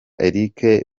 eric